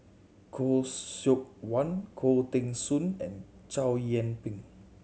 Khoo Seok Wan Khoo Teng Soon and Chow Yian Ping